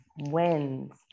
wins